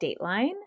Dateline